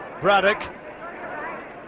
Braddock